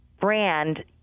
brand